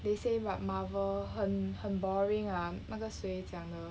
they say what Marvel 很很 boring ah 那个谁讲的